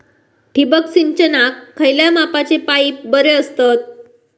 ठिबक सिंचनाक खयल्या मापाचे पाईप बरे असतत?